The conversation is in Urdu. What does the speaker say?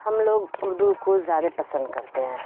ہم لوگ اردو کو زیادہ پسند کرتے ہیں